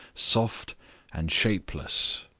soft and shapeless.